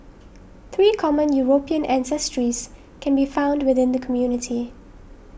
three common European ancestries can be found within the community